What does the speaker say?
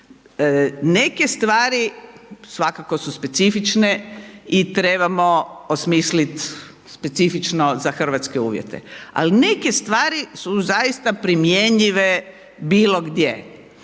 Neke stvari svakako su specifične i trebamo osmislit specifično za hrvatske uvjete, ali neke stvari su zaista primjenljive bilo gdje.